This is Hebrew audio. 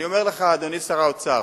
אני אומר לך, אדוני שר האוצר,